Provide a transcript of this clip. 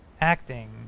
acting